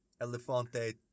Elefante